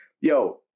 yo